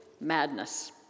madness